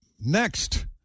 next